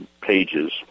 pages